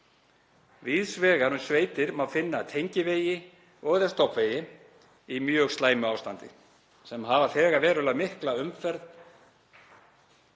Víðs vegar um sveitir má finna tengivegi og/eða stofnvegi í mjög slæmu ástandi, sem hafa þegar verulega mikla umferð